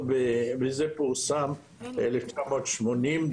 וזה פורסם ב-1980,